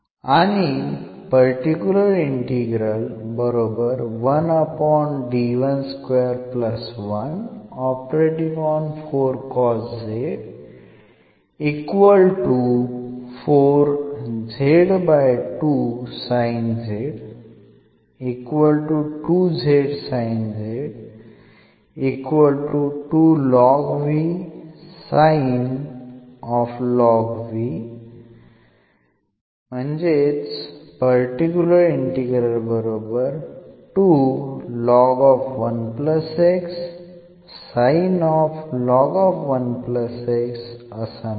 आणि particular integral असा मिळेल